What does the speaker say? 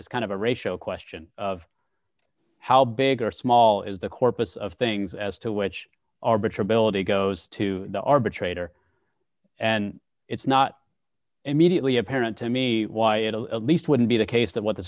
is kind of a ratio question of how big or small is the corpus of things as to which arbiter ability goes to the arbitrator and it's not immediately apparent to me why it'll at least wouldn't be the case that what the